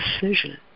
decision